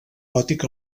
gòtic